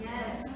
Yes